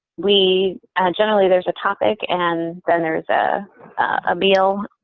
we generally there's a topic. and then there's ah a meal.